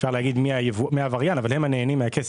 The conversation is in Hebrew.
אפשר לומר מי העבריין אבל הם הנהנים מהכסף.